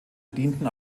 dienten